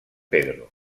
pedro